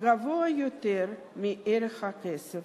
גבוה יותר מערך הכסף.